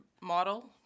model